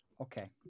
Okay